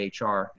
HR